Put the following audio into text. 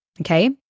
okay